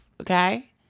okay